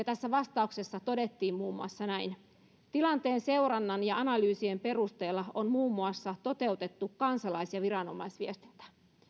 tässä vastauksessa todettiin muun muassa näin tilanteen seurannan ja analyysien perusteella on muun muassa toteutettu kansalais ja viranomaisviestintää